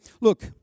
look